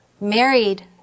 married